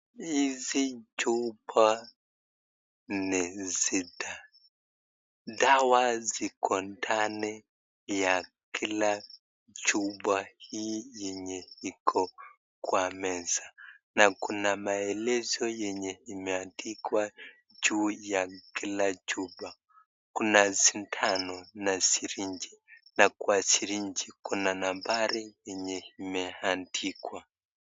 Hizi chupa ni sita, dawa ziko ndani ya kila chupa hii yenye iko kwa meza. na kuna maelezo yenye imeandikwa juu ya kila chupa. Kuna shindano na sereji , na kwa sirinji kuna nambari yenye imeandikwa.